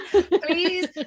Please